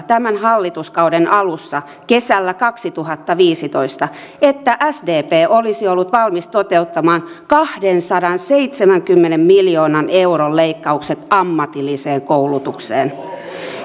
tämän hallituskauden alussa kesällä kaksituhattaviisitoista että sdp olisi ollut valmis toteuttamaan kahdensadanseitsemänkymmenen miljoonan euron leikkaukset ammatilliseen koulutukseen